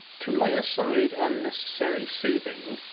to lay aside unnecessary soothing,